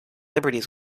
liberties